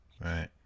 Right